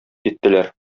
киттеләр